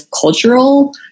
cultural